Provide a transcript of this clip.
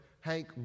Hank